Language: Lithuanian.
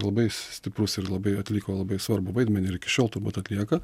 labai stiprus ir labai atliko labai svarbų vaidmenį ir iki šiol turbūt atlieka